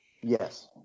Yes